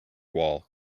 wall